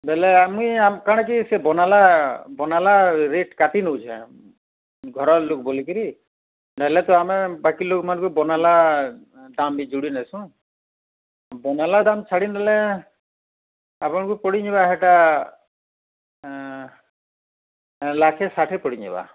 ବୋଲେ ଆମି କଣ କି ସେ ବନାଲା ବନାଲା ରେଟ କାଟି ନେଉଛେ ଘରର ଲୋକ ବୋଲିକିରି ନ ହେଲେ ତ ଆମେ ବାକି ଲୋକ ମାନଙ୍କର ବନାଲା ଦାମ ଜୁଡ଼ି ନେଉସନ ବନାଲା ଦାମ ଛାଡ଼ି ନେଲେ ଆପଣଙ୍କୁ ପଡ଼ିଯିବା ସେଟା ଲାକ୍ଷେ ଷାଠିଏ ପଡ଼ିଯିବା